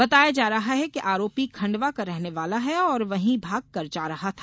बताया जा रहा है कि आरोपी खंडवा का रहने वाला है और वहीं भागकर जा रहा था